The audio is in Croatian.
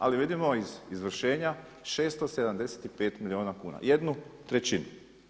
Ali vidimo iz izvršenja 675 milijuna kuna, jednu trećinu.